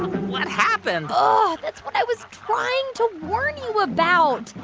what happened? ah that's what i was trying to warn you about.